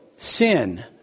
Sin